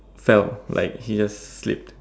fell like he just flipped